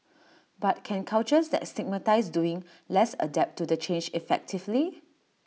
but can cultures that stigmatise doing less adapt to the change effectively